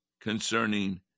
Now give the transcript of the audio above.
concerning